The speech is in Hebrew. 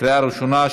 לקריאה ראשונה,